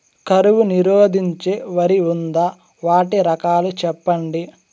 కరువు నిరోధించే వరి ఉందా? వాటి రకాలు చెప్పండి?